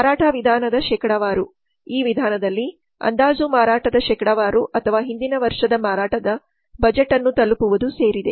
ಮಾರಾಟ ವಿಧಾನದ ಶೇಕಡಾವಾರು ಈ ವಿಧಾನದಲ್ಲಿ ಅಂದಾಜು ಮಾರಾಟದ ಶೇಕಡಾವಾರು ಅಥವಾ ಹಿಂದಿನ ವರ್ಷದ ಮಾರಾಟದ ಬಜೆಟ್ ಅನ್ನು ತಲುಪುವುದು ಸೇರಿದೆ